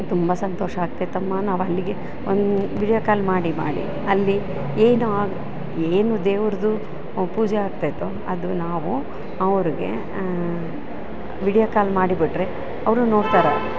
ತುಂಬ ಸಂತೋಷ ಆಗತೈತಮ್ಮ ನಾವು ಅಲ್ಗೆ ಒಂದು ವೀಡಿಯೋ ಕಾಲ್ ಮಾಡಿ ಮಾಡಿ ಅಲ್ಲಿ ಏನು ಏನು ದೇರ್ವ್ದು ಪೂಜೆ ಆಗ್ತೈತೋ ಅದು ನಾವು ಅವ್ರ್ಗೆ ವೀಡಿಯೋ ಕಾಲ್ ಮಾಡಿ ಬಿಟ್ಟರೆ ಅವರು ನೋಡ್ತಾರೆ